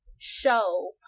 show